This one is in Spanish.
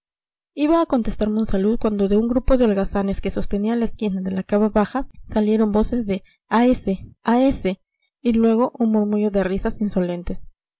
iba a contestar monsalud cuando de un grupo de holgazanes que sostenía la esquina de la cava baja salieron voces de a ese a ese y luego un murmullo de risas insolentes